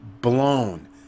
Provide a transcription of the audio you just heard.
blown